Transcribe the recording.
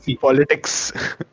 politics